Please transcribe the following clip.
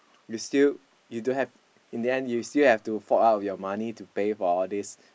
you still you don't have in the end you still have to fork out your money to pay for all these